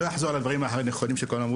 לא אחזור על הדברים האחרים הנכונים שאמרו